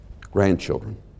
grandchildren